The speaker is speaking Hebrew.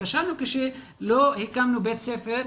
כשלנו כשלא הקמנו בית ספר,